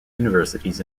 universities